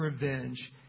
revenge